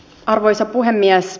arvoisa puhemies